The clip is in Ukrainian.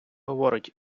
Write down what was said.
говорить